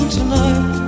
tonight